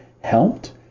helped